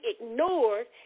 ignored